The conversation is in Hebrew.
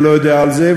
ולא יודע על זה,